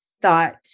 thought